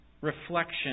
reflection